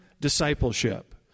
discipleship